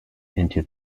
into